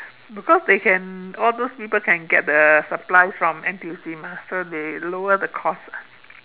because they can all those people can get the supply from N_T_U_C mah so they lower the cost lah